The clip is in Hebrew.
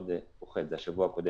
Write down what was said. זה השבוע הקודם.